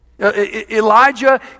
Elijah